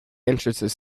entrances